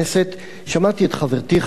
שמעתי את חברתי, חברת הכנסת חוטובלי,